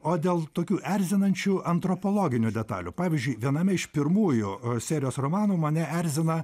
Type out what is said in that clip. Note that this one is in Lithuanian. o dėl tokių erzinančių antropologinių detalių pavyzdžiui viename iš pirmųjų serijos romanų mane erzina